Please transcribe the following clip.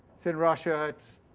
it's in russia, it's